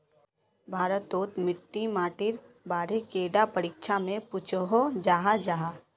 भारत तोत मिट्टी माटिर बारे कैडा परीक्षा में पुछोहो जाहा जाहा?